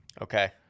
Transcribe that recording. Okay